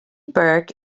burke